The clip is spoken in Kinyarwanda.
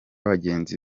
bagenzi